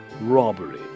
robbery